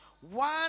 one